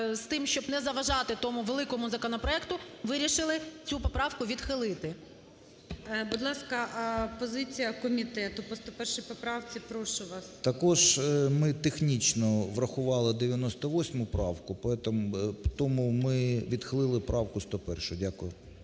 щоб не заважати тому великому законопроекту вирішили цю поправку відхилити. ГОЛОВУЮЧИЙ. Будь ласка, позиція комітету по 101 поправці? Прошу вас. 13:37:48 КРИШИН О.Ю. Також ми технічно врахували 98 правку тому ми відхилили правку 101. Дякую.